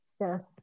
Yes